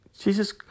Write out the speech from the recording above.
Jesus